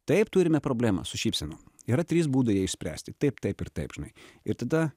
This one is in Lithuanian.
taip turime problemą su šypsena yra trys būdai ją išspręsti taip taip ir taip žinai ir tada